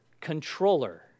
controller